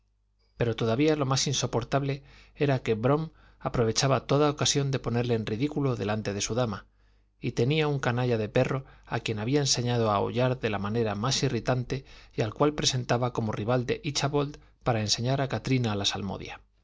pero todavía lo más insoportable era que brom aprovechaba toda ocasión de ponerle en ridículo delante de su dama y tenía un canalla de perro a quien había enseñado a aullar de la manera más irritante y al cual presentaba como rival de íchabod para enseñar a katrina la salmodia